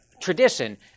tradition